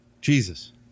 jesus